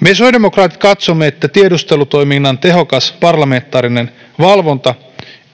Me sosiaalidemokraatit katsomme, että tiedustelutoiminnan tehokas parlamentaarinen valvonta